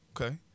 Okay